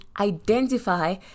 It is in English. identify